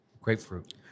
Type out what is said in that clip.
Grapefruit